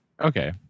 Okay